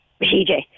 PJ